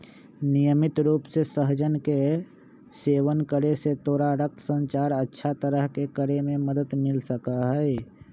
नियमित रूप से सहजन के सेवन करे से तोरा रक्त संचार अच्छा तरह से करे में मदद मिल सका हई